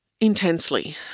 Intensely